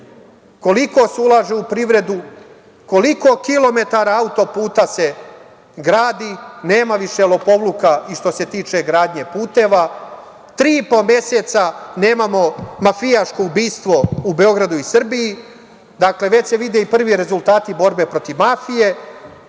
koliko se ulaže u privredu, koliko kilometara auto-puta se gradi, nema više lopovluka i što se tiče gradnje puteva. Tri i po meseca nemamo mafijaško ubistvo u Beogradu i Srbiji, dakle, već se vide i prvi rezultati borbe protiv mafije.